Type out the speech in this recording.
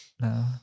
no